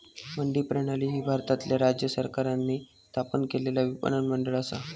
मंडी प्रणाली ही भारतातल्या राज्य सरकारांनी स्थापन केलेला विपणन मंडळ असा